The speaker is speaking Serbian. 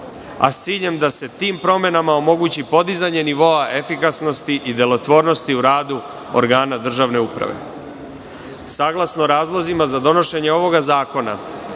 s ciljem da se tim promenama omogući podizanje nivoa efikasnosti i delotvornosti u radu organa državne uprave. Saglasno razlozima za donošenje ovog zakona,